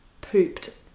pooped